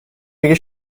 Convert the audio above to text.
میگه